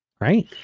right